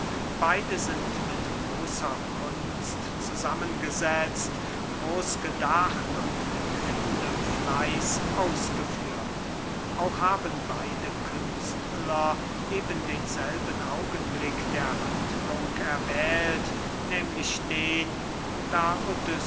beide sind mit großer kunst zusammengesetzt groß gedacht und mit vielem fleiß ausgeführt auch haben beide künstler eben denselben augenblick der handlung erwählt nehmlich den da